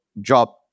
job